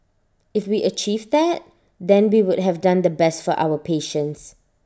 if we achieve that then we would have done the best for our patients